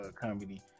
comedy